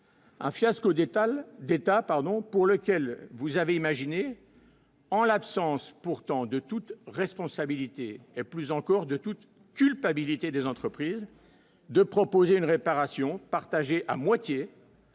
Un fiasco étals d'état pardon pour lequel vous avez imaginé. En l'absence pourtant de toute responsabilité, et plus encore de toute culpabilité des entreprises, de proposer une réparation partagées à moitié.